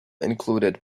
include